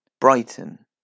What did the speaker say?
Brighton